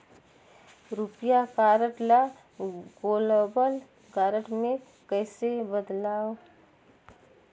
रुपिया कारड ल global card मे कइसे बदलव?